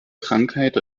krankheit